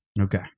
Okay